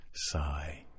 Sigh